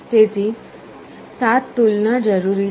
તેથી 7 તુલના જરૂરી છે